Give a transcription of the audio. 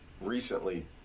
recently